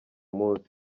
munsi